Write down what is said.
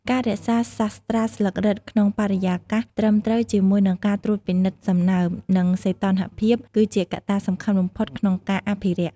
ការរក្សាសាស្រ្តាស្លឹករឹតក្នុងបរិយាកាសត្រឹមត្រូវជាមួយនឹងការត្រួតពិនិត្យសំណើម និងសីតុណ្ហភាព គឺជាកត្តាសំខាន់បំផុតក្នុងការអភិរក្ស។